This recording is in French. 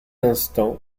instant